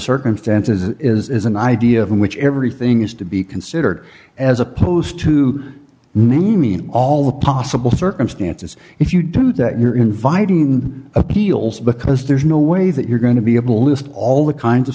circumstances is an idea in which everything is to be considered as opposed to naming all the possible circumstances if you do that you're inviting appeals because there's no way that you're going to be able to list all the kinds of